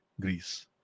Greece